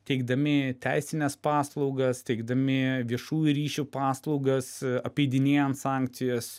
teikdami teisines paslaugas teikdami viešųjų ryšių paslaugas apeidinėjant sankcijas